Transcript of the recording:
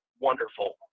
wonderful